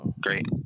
Great